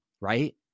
right